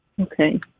Okay